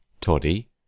Toddy